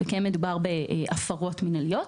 ומדובר בהפרות מינהליות.